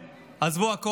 עזבו את העבודות שלהם,